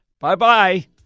Bye-bye